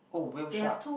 oh Whale Shark